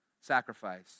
sacrifice